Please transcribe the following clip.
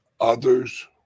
Others